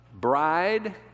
bride